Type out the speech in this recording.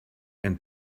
and